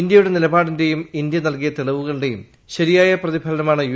ഇന്ത്യയുടെ നിലപാടിന്റെയും ഇന്ത്യ നല്കിയ തെളിവുകളുടെയും ശരിയായ പ്രതിഫലനമാണ് യു